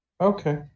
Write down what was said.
Okay